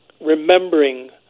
remembering